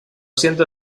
siento